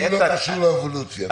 אני לא קשור לאבולוציה...